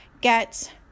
get